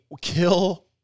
kill